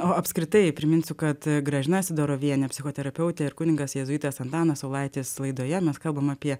o apskritai priminsiu kad gražina sidoroviene psichoterapeutė ir kunigas jėzuitas antanas saulaitis laidoje mes kalbam apie